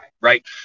right